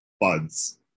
buds